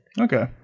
Okay